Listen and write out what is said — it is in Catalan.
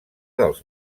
dels